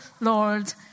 Lord